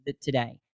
today